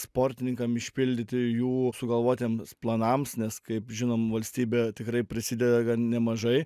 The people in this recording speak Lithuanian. sportininkam išpildyti jų sugalvotiems planams nes kaip žinom valstybė tikrai prisideda gan nemažai